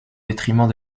détriment